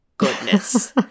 Goodness